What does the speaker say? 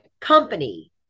company